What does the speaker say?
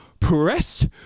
Press